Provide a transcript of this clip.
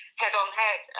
head-on-head